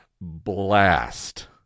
blast